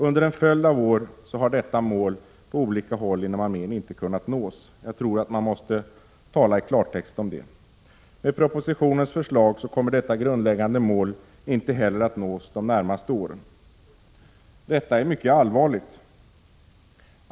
Under en följd av år har detta mål på olika håll inom armén inte kunnat nås. Jag tror att man måste tala i klartext om det. Med propositionens förslag kommer detta grundläggande mål inte heller att nås de närmaste åren. Detta är mycket allvarligt.